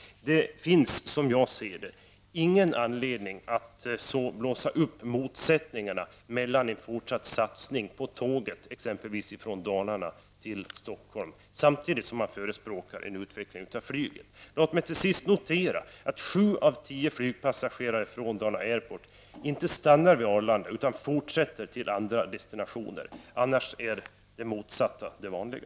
Det finns, som jag ser det, ingen anledning att blossa upp motsättningarna mellan en fortsatt satsning på tåget t.ex. från Dalarna till Stockholm och utvecklingen av flyget. Låt mig till sist notera att sju av tio flygpassagerare från Dala Airport inte stannar vid Arlanda utan fortsätter till andra destinationer. Det motsatta brukar vara det vanliga.